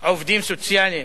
עובדים סוציאליים,